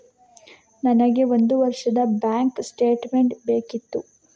ನನಗೆ ಒಂದು ವರ್ಷದ ಬ್ಯಾಂಕ್ ಸ್ಟೇಟ್ಮೆಂಟ್ ಬೇಕಿತ್ತು